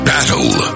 Battle